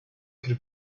could